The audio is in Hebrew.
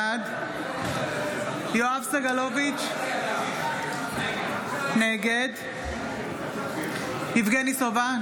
בעד יואב סגלוביץ' נגד יבגני סובה,